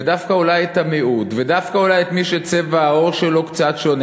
ודווקא אולי של המיעוט ודווקא אולי של מי שצבע העור שלו קצת שונה,